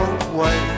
away